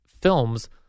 films